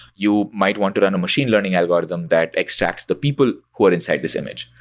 you might want to run a machine learning algorithm that extracts the people who are inside this image,